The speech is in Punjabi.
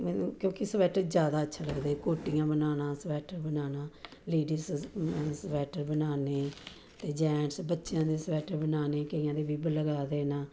ਮੈਨੂੰ ਕਿਉਂਕਿ ਸਵੈਟਰ ਜ਼ਿਆਦਾ ਅੱਛਾ ਲੱਗਦੇ ਕੋਟੀਆਂ ਬਣਾਉਣਾ ਸਵੈਟਰ ਬਣਾਉਣਾ ਲੇਡੀਜ ਸਵੈਟਰ ਬਣਾਉਣੇ ਅਤੇ ਜੈਂਟਸ ਬੱਚਿਆਂ ਦੇ ਸਵੈਟਰ ਬਣਾਉਣੇ ਕਈਆਂ ਦੇ ਬਿੱਬ ਲਗਾ ਦੇਣਾ